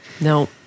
No